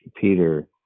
Peter